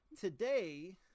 today